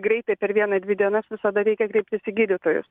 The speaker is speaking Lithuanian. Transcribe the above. greitai per vieną dvi dienas visada reikia kreiptis į gydytojus